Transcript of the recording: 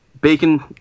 bacon